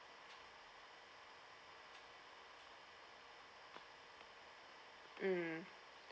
mm